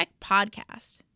podcast